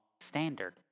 standard